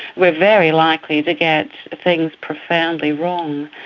we are very likely to get things profoundly wrong.